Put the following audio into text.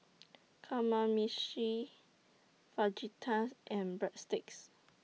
Kamameshi Fajitas and Breadsticks